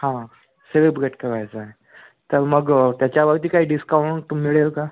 हा सेलिब्रेट करायचं आहे तर मग त्याच्यावरती काही डिस्काउंट मिळेल का